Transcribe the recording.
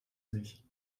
sich